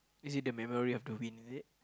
is it the Memory-of-the-Wind is it